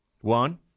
One